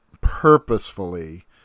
purposefully